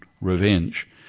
revenge